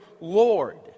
Lord